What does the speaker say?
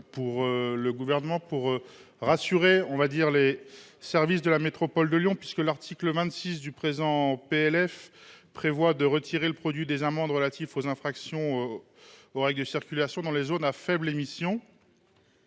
du Gouvernement, qui vise à rassurer les services de la métropole de Lyon. L’article 26 du PLF prévoit de retirer le produit des amendes relatif aux infractions aux règles de circulation dans les zones à faibles émissions